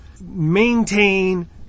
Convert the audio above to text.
maintain